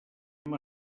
anem